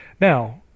Now